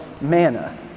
Manna